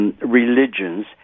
Religions